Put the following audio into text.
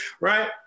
right